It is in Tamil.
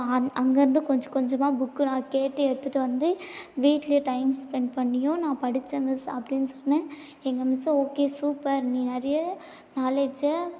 அங் அங்கேருந்து கொஞ்சம் கொஞ்சமாக புக்கு நான் கேட்டு எடுத்துகிட்டு வந்து வீட்லையும் டைம் ஸ்பெண்ட் பண்ணியும் நான் படித்தேன் மிஸ் அப்டின்னு சொன்னேன் எங்கள் மிஸ்ஸும் ஓகே சூப்பர் நீ நிறைய நாலேஜ்ஜை